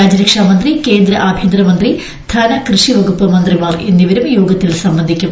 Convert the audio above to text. രാജ്യരക്ഷാമന്ത്രി കേന്ദ്ര ആഭ്യന്തരമന്ത്രി ധന കൃഷി വകുപ്പ് മന്ത്രിമാർ എന്നിവരും യോഗത്തിൽ സുംബന്ധിക്കും